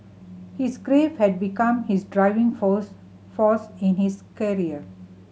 his grief had become his driving force force in his career